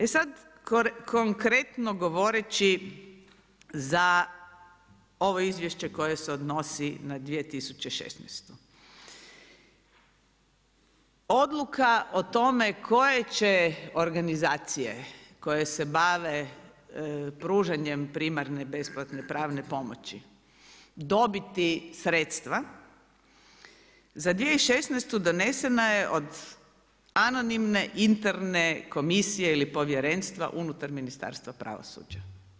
E sad, konkretno govoreći za ovo izvješće koje se odnosi na 2016. odluka o tome, koje će organizacije, koje se bave pružanjem primarne besplatne pravne pomoći, dobiti sredstva, za 2016. donesena je od anonimne interne komisije ili povjerenstva unutar Ministarstva pravosuđa.